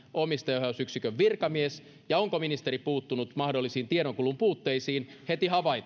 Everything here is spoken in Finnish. omistajaohjausyksikön virkamies ja onko ministeri puuttunut mahdollisiin tiedonkulun puutteisiin havaittuaan ne